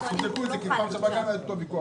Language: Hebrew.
תבדקו את זה, כי בפעם שעברה גם היה אותו ויכוח.